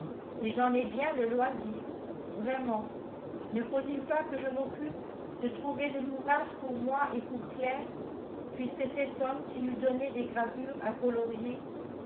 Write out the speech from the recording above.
et j'en ai bien le loisir vraiment ne faut-il pas que je m'occupe de trouver de l'ouvrage pour moi et pour claire puisque cet homme qui nous donnait des gravures à colorier